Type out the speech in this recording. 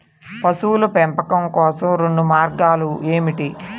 పశువుల పెంపకం కోసం రెండు మార్గాలు ఏమిటీ?